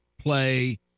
play